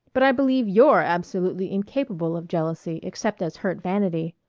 but i believe you're absolutely incapable of jealousy except as hurt vanity.